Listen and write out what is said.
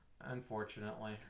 unfortunately